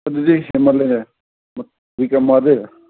ꯑꯗꯨꯗꯤ ꯍꯦꯟꯃꯟꯂꯦꯅꯦ ꯋꯤꯛ ꯑꯃꯗꯤ